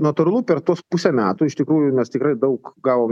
natūralu per tuos pusę metų iš tikrųjų mes tikrai daug gavom